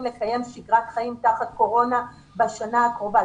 לקיים שגרת חיים תחת קורונה בשנה הקרובה.